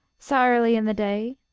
sae early in the day?